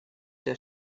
der